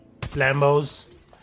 Lambos